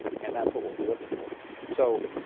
and that's what we'll be looking toward. so,